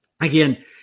Again